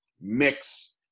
mix